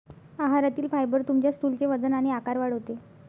आहारातील फायबर तुमच्या स्टूलचे वजन आणि आकार वाढवते